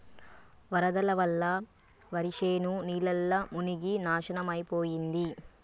వరదల వల్ల వరిశేను నీళ్లల్ల మునిగి నాశనమైపోయింది